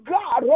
God